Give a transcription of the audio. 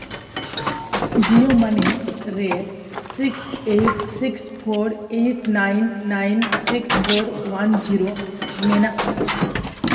ᱡᱤᱭᱳ ᱢᱟᱹᱱᱤ ᱨᱮ six eight six four eight nine nine six four one zero ᱢᱮᱱᱟᱜᱼᱟ